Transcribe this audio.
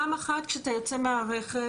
פעם אחת כשאתה יוצא מהרכב,